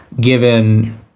given